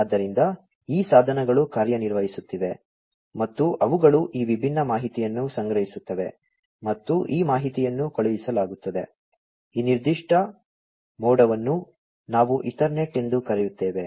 ಆದ್ದರಿಂದ ಈ ಸಾಧನಗಳು ಕಾರ್ಯನಿರ್ವಹಿಸುತ್ತಿವೆ ಮತ್ತು ಅವುಗಳು ಈ ವಿಭಿನ್ನ ಮಾಹಿತಿಯನ್ನು ಸಂಗ್ರಹಿಸುತ್ತವೆ ಮತ್ತು ಈ ಮಾಹಿತಿಯನ್ನು ಕಳುಹಿಸಲಾಗುತ್ತದೆ ಈ ನಿರ್ದಿಷ್ಟ ಮೋಡವನ್ನು ನಾವು ಈಥರ್ನೆಟ್ ಎಂದು ಕರೆಯುತ್ತೇವೆ